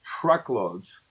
truckloads